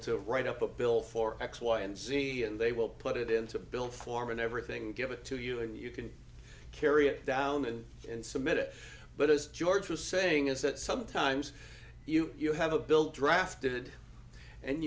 to write up a bill for x y and z and they will put it into a bill form and everything give it to you and you can carry it down in and submit it but as george was saying is that sometimes you you have a bill drafted and